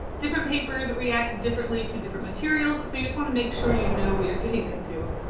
different papers react differently to different materials, so you just want to make sure you know what you're getting into.